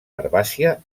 herbàcia